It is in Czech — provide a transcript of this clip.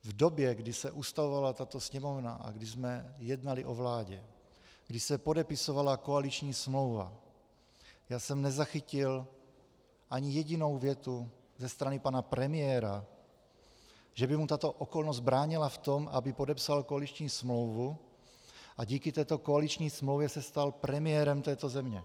V době, kdy se ustavovala tato Sněmovna a kdy jsme jednali o vládě, kdy se podepisovala koaliční smlouva, jsem nezachytil ani jedinou větu ze strany pana premiéra, že by mu tato okolnost bránila v tom, aby podepsal koaliční smlouvu, a díky této koaliční smlouvě se stal premiérem této země.